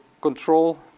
control